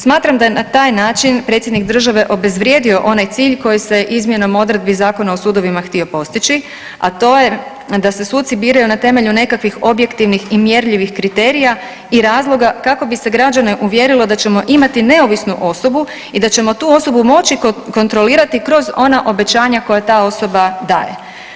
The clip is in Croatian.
Smatram da je na taj način predsjednik države obezvrijedio onaj cilj koji se izmjenom odredbi Zakona o sudovima htio postići, a to je da se suci biraju na temelju nekakvih objektivnih i mjerljivih kriterija i razloga kako bi se građane uvjerilo da ćemo imati neovisnu osobu i da ćemo tu osobu moći kontrolirati kroz ona obećanja koja ta osoba daje.